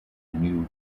new